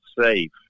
safe